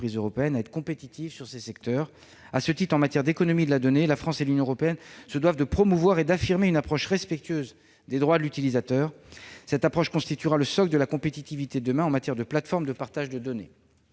européennes à être compétitives dans ces secteurs. À ce titre, en matière d'économie de la donnée, la France et l'Union européenne se doivent de promouvoir et d'affirmer une approche respectueuse des droits de l'utilisateur. Cette approche constituera le socle de notre compétitivité de demain en matière de plateformes de partage de données.